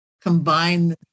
combine